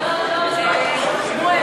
2013,